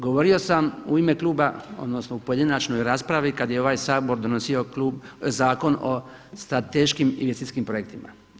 Govorio sam u ime kluba, odnosno u pojedinačnoj raspravi kada je ovaj Sabor donosio Zakon o strateškim investicijskim projektima.